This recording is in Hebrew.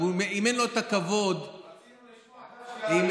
אם אין לו את הכבוד, רצינו לשמוע אותך, דווקא.